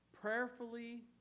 prayerfully